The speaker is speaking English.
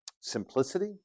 simplicity